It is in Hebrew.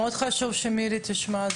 זה מאוד חשוב שמירי תשמע.